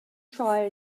try